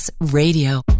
Radio